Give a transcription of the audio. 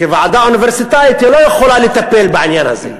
כוועדה אוניברסיטאית, לא יכולה לטפל בעניין הזה.